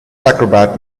acrobat